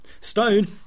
Stone